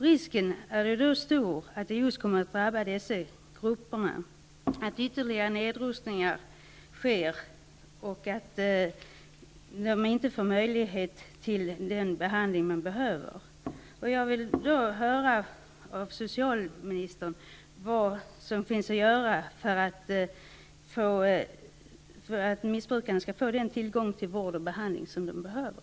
Risken är stor att det kommer att drabba dessa grupper när ytterligare nedrustningar sker, så att de inte får möjlighet till den behandling de behöver.